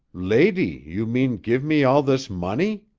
lady, you mean give me all this money?